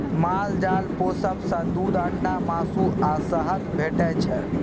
माल जाल पोसब सँ दुध, अंडा, मासु आ शहद भेटै छै